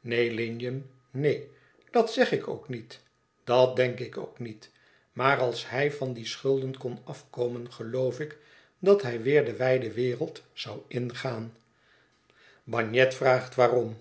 neen lignum neen dat zeg ik ook niet dat denk ik ook niet maar als hij van die schulden kon afkomen geloof ik dat hij weer de wijde wereld zou ingaan bagnet vraagt waarom